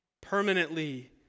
permanently